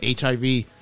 HIV